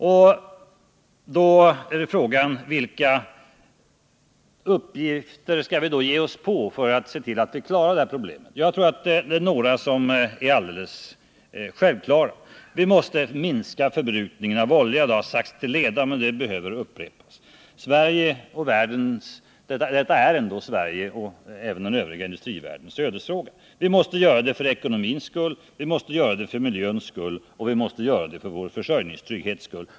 Frågan är då vilka uppgifter vi skall ge oss på för att klara problemen. Några är enligt min mening alldeles självklara. För det första måste vi minska förbrukningen av olja. Det har sagts till leda, men det behöver upprepas. Det är ändå Sveriges och den övriga industrivärldens ödesfråga. Vi måste göra det för ekonomins, miljöns och vår försörjningstrygghets skull.